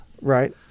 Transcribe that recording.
Right